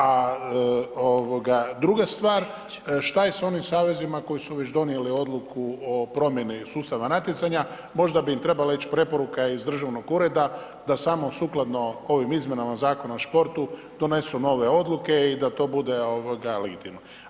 A druga stvar, šta je sa onim savezima koji su već donijeli odluku o promjeni sustava natjecanja, možda bi im trebala ići preporuka iz državnog ureda da samo sukladno ovim izmjenama Zakona o športu donesu nove odluke i da to bude ovoga